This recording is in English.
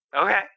Okay